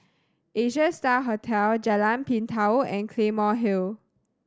Asia Star Hotel Jalan Pintau and Claymore Hill